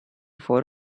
for